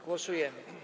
Głosujemy.